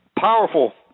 powerful